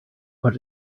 what